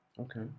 Okay